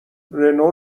رنو